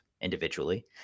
individually